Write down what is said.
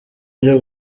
byo